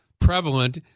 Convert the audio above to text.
prevalent